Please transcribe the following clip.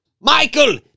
Michael